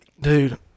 dude